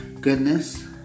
goodness